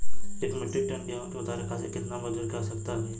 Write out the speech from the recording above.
एक metric ton गेहूँ के उतारे खातीर कितना मजदूर क आवश्यकता होई?